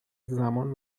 زمان